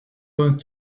going